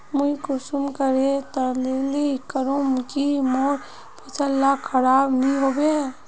मुई कुंसम करे तसल्ली करूम की मोर फसल ला खराब नी होबे?